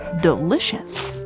delicious